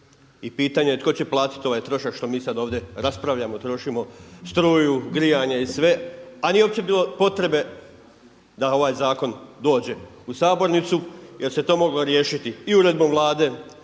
i pitanje tko će platiti ovaj trošak što mi sada ovdje raspravljamo trošimo struju, grijanje i sve, a nije uopće bilo potrebe da ovaj zakon dođe u sabornicu jer se to moglo riješiti i uredbom Vlade,